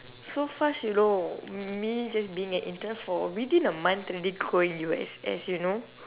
so fast you know me just being an intern for within a month already going U_S_S you know